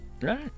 right